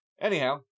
Anyhow